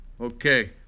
Okay